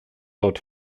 laut